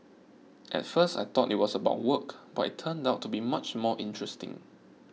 at first I thought it was about work but it turned out to be much more interesting